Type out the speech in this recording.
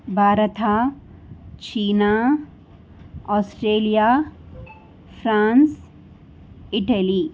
Bharat China Australia France Italy